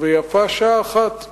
ויפה שעה אחת קודם.